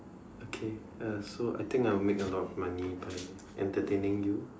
okay uh so I think I'll make a lot of money by entertaining you